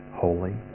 holy